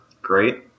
great